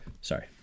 sorry